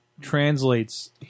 translates